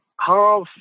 Half